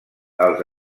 als